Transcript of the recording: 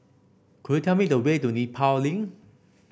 could you tell me the way to Nepal Link